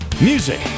Music